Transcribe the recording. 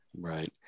Right